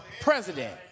president